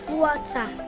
water